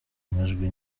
amajwi